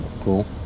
cool